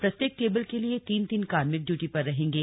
प्रत्येक टेबल के लिए तीन तीन कार्मिक ड्यूटी पर रहेंगे